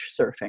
surfing